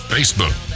Facebook